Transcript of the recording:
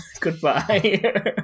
Goodbye